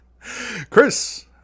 Chris